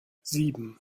sieben